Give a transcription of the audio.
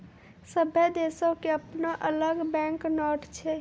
सभ्भे देशो के अपनो अलग बैंक नोट छै